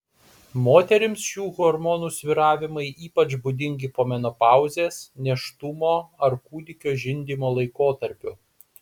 moterims šių hormonų svyravimai ypač būdingi po menopauzės nėštumo ar kūdikio žindymo laikotarpiu